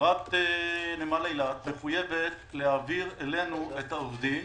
חברת נמל אילת מחויבת להעביר אלינו את העובדים